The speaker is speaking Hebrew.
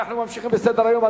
אנחנו ממשיכים בסדר-היום,